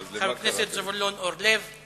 הסביבה ביום י"ב בתשרי התש"ע (30 בספטמבר